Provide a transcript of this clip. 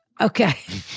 Okay